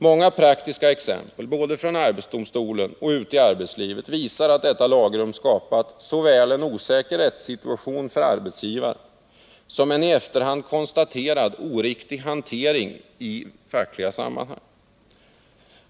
Många praktiska exempel både från arbetsdomstolen och från arbetslivet visar att detta lagrum skapat såväl en osäker rättssituation för arbetsgivaren som en i efterhand konstaterad oriktig hantering i fackliga sammanhang.